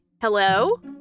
Hello